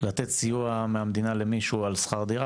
לתת סיוע מהמדינה למישהו על שכר דירה